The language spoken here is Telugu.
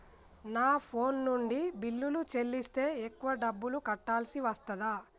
నా ఫోన్ నుండి బిల్లులు చెల్లిస్తే ఎక్కువ డబ్బులు కట్టాల్సి వస్తదా?